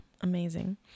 Amazing